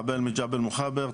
מחבל מג'בל מוכבר,